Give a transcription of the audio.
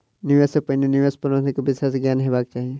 निवेश सॅ पहिने निवेश प्रबंधन के विशेष ज्ञान हेबाक चाही